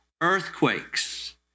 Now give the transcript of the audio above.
earthquakes